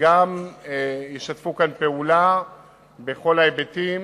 וגם הם ישתפו כאן פעולה בכל ההיבטים,